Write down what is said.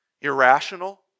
irrational